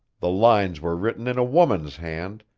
the lines were written in a woman's hand,